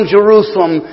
Jerusalem